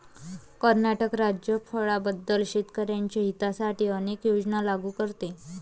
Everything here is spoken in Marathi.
कर्नाटक राज्य फळांबद्दल शेतकर्यांच्या हितासाठी अनेक योजना लागू करते